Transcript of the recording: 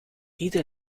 ieder